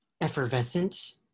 effervescent